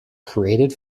created